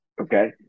Okay